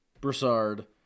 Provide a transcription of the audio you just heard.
Broussard